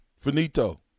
Finito